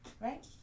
Right